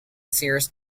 sears